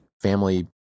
Family